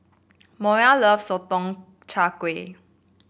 Moriah loves Sotong Char Kway